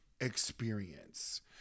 experience